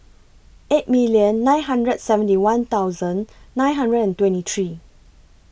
eight million nine hundred and seventy one thousand nine hundred and twenty three